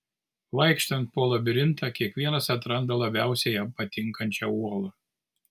vaikštant po labirintą kiekvienas atranda labiausiai jam patinkančią uolą